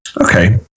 Okay